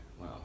Wow